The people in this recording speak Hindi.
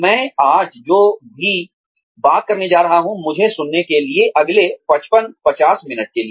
में आज जो भी बात करने जा रहा हूँ मुझे सुनने के लिए अगले 50 55 मिनट के लिए